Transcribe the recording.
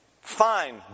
fine